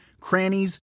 crannies